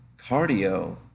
cardio